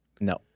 No